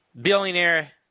billionaire